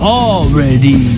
already